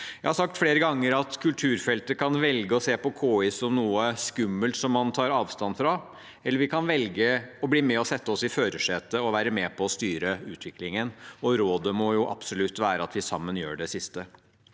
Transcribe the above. Jeg har sagt flere ganger at kulturfeltet kan velge å se på KI som noe skummelt som man tar avstand fra, eller man kan velge å bli med og sette seg i førersetet og være med på å styre utviklingen. Rådet må absolutt være at vi sammen gjør det siste.